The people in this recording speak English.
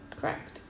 Correct